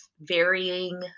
varying